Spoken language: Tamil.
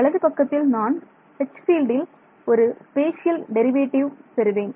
வலது பக்கத்தில் நான் H ஃபீல்டில் ஒரு ஸ்பேஷியல் டெரிவேட்டிவ் பெறுவேன்